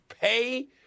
pay